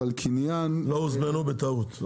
אבל קניין --- הם לא הוזמנו בטעות.